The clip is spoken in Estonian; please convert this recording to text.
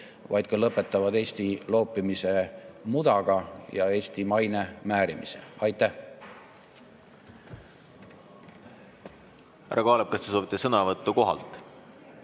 vaid ka lõpetavad Eesti loopimise mudaga ja Eesti maine määrimise. Aitäh!